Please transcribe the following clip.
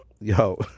yo